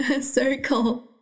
circle